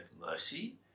mercy